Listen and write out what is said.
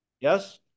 Yes